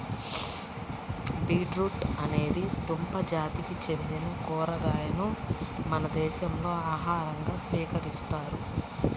beetroot అనేది దుంప జాతికి చెందిన కూరగాయను మన దేశంలో ఆహారంగా స్వీకరిస్తారు